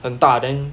很大 then